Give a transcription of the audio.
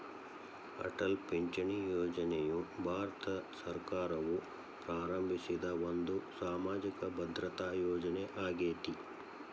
ಅಟಲ್ ಪಿಂಚಣಿ ಯೋಜನೆಯು ಭಾರತ ಸರ್ಕಾರವು ಪ್ರಾರಂಭಿಸಿದ ಒಂದು ಸಾಮಾಜಿಕ ಭದ್ರತಾ ಯೋಜನೆ ಆಗೇತಿ